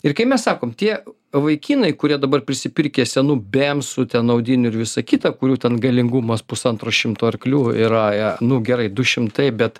ir kai mes sakom tie vaikinai kurie dabar prisipirkę senų bemsų ten audinių ir visa kita kurių ten galingumas pusantro šimto arklių yra e nu gerai du šimtai bet